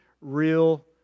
real